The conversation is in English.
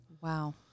Wow